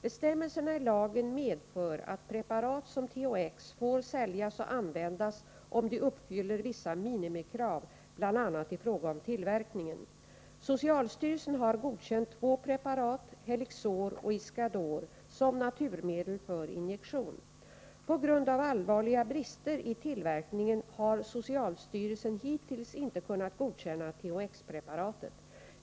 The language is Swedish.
Bestämmelserna i lagen medför att preparat som THX får säljas och användas om de uppfyller vissa minimikrav, bl.a. i fråga om tillverkningen. Socialstyrelsen har godkänt två preparat, Helixor och Iscador, som naturmedel för injektion. På grund av allvarliga brister i tillverkningen har socialstyrelsen hittills inte kunnat godkänna THX-preparatet.